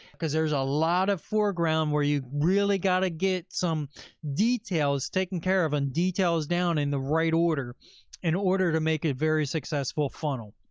because there's a lot of foreground where you really gotta get some details taken care of and details down in the right order in order to make a very successful funnel.